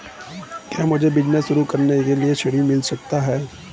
क्या मुझे बिजनेस शुरू करने के लिए ऋण मिल सकता है?